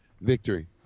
Victory